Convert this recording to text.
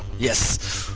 yes.